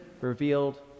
revealed